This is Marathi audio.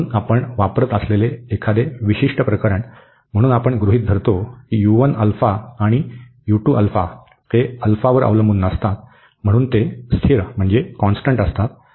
म्हणून आपण वापरत असलेले एखादे विशिष्ट प्रकरण म्हणून आपण गृहित धरतो की u 1 α आणि u 2 α ते α वर अवलंबून नसतात म्हणून ते स्थिर असतात